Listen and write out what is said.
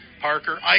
Parker